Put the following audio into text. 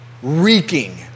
reeking